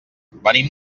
venim